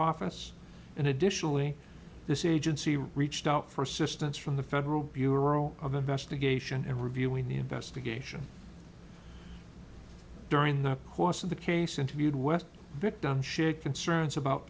office and additionally this is age and see reached out for assistance from the federal bureau of investigation and reviewing the investigation during the course of the case interviewed west victims shared concerns about